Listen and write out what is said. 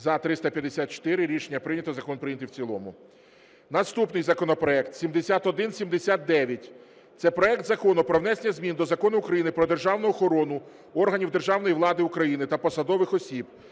За – 354 Рішення прийнято. Закон прийнятий в цілому. Наступний законопроект 7179. Це проект Закону про внесення змін до Закону України "Про державну охорону органів державної влади України та посадових осіб".